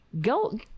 go